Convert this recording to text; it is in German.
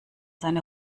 seine